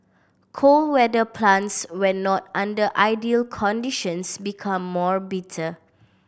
cold weather plants when not under ideal conditions become more bitter